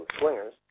Swingers